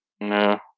No